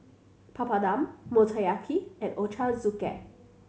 Papadum Motoyaki and Ochazuke